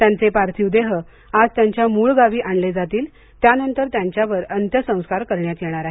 त्यांचे पार्थिव देह आज त्यांच्या मूळ गावी आणले जातील त्यानंतर त्यांच्यावर अंत्यसंस्कार करण्यात येणार आहेत